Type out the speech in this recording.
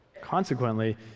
Consequently